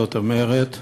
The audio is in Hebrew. זאת אומרת,